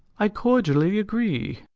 i cordially agree.